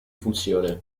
funzione